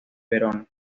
verona